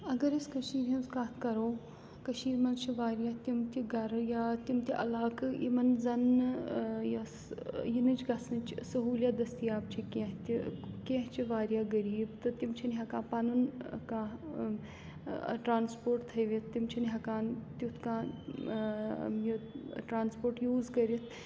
اگر أسۍ کٔشیٖر ہِنٛز کَتھ کَرو کٔشیٖرِ منٛز چھِ واریاہ تِم تہِ گَرٕ یا تِم تہِ علاقہٕ یِمَن زَن نہٕ یۄس یِنٕچ گژھنٕچ سہوٗلیت دٔستِیاب چھِ کیٚنٛہہ تہِ کیٚنٛہہ چھِ واریاہ غریٖب تہٕ تِم چھِنہٕ ہٮ۪کان پَنُن کانٛہہ ٹرٛانسپوٹ تھٲوِتھ تِم چھِنہٕ ہٮ۪کان تیُتھ کانٛہہ یہِ ٹرٛانسپوٹ یوٗز کٔرِتھ